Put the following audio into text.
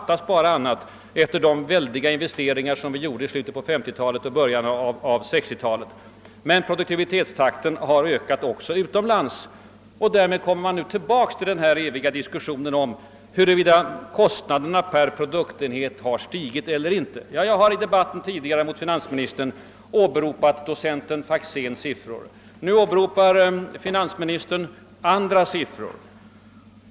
Det skulle bara fattas om den inte vore hög efter de väldiga investeringar som vi gjorde i slutet på 1950-talet och i början på 1960 talet. Men produktivitetstakten har ökat även utomlands. Därmed kommer vi tillbaka till diskussionen om huruvida kostnaderna per produktenhet har stigit eller inte. Jag har i tidigare debatter med finansministern åberopat docenten Faxéns siffror. Nu åberopar finansministern andra siffror.